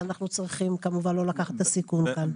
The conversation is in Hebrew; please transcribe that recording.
ואנחנו צריכים כמובן לא לקחת את הסיכון כאן.